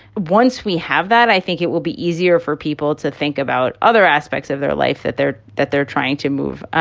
once we have that, i think it will be easier for people to think about other aspects of their life that they're that they're trying to move and,